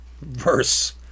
verse